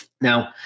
Now